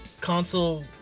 console